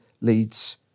leads